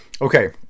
Okay